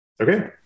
okay